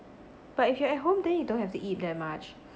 but if you're at home then you don't have to eat that much